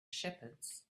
shepherds